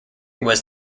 was